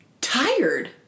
tired